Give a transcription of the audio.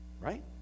right